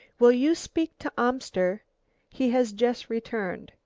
will you speak to amster he has just returned?